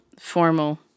formal